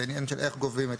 זה איך גובים,